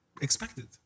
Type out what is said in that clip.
expected